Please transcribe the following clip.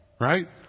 right